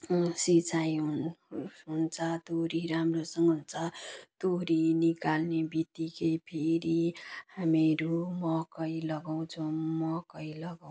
सिँचाइ हुन्छ तोरी राम्रोसँग हुन्छ तोरी निकाल्ने बित्तिकै फेरि हामीहरू मकै लगाउँछौँ मकै लगाऊँ